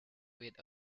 with